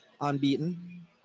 unbeaten